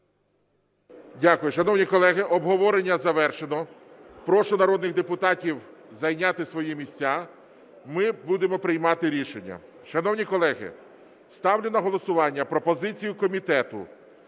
Дякую. Шановні колеги, обговорення завершено. Прошу народних депутатів зайняти свої місця, ми будемо приймати рішення. Шановні колеги, ставлю на голосування пропозицію комітету